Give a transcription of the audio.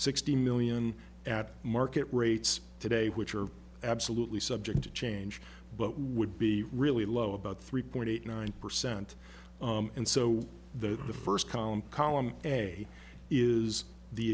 sixty million at market rates today which are absolutely subject to change but would be really low about three point eight nine percent and so that the first column column a is the